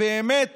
באמת